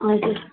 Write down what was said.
हजुर